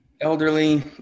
elderly